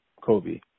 Kobe